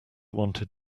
wanted